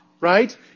Right